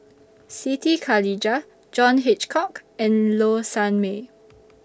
Siti Khalijah John Hitchcock and Low Sanmay